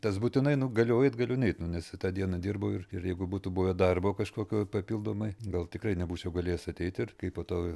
tas būtinai nu galiu eit galiu neit nu nes tą dieną dirbau ir ir jeigu būtų buvę darbo kažkokio papildomai gal tikrai nebūčiau galėjęs ateiti ir kaip po to